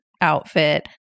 outfit